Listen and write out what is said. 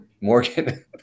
Morgan